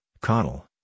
Connell